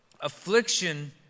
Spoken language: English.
affliction